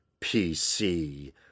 PC